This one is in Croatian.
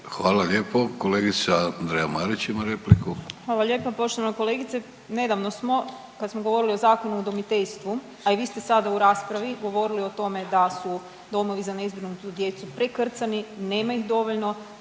Hvala lijepo. Kolegica Andreja Marić ima repliku. **Marić, Andreja (SDP)** Hvala lijepo. Poštovana kolegice, nedavno smo kad smo govorili o Zakonu o udomiteljstvu, a i vi ste sada u raspravi govorili o tome da su domovi za nezbrinutu djecu prekrcani, nema ih dovoljno,